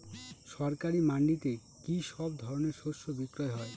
সরকারি মান্ডিতে কি সব ধরনের শস্য বিক্রি হয়?